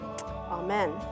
amen